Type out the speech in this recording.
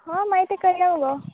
ह माय तें करया मुगो